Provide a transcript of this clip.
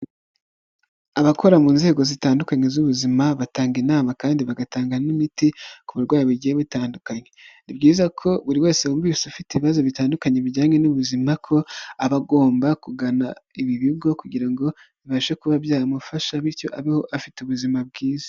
Abakora mu nzego zitandukanye z'ubuzima batanga inama kandi bagatanga n'imiti ku burwayi bigiye bitandukanye, ni byiza ko buri wese wumvise ufite ibibazo bitandukanye bijyanye n'ubuzima ko aba agomba kugana ibi bigo kugira ngo bibashe kuba byamufasha bityo abeho afite ubuzima bwiza.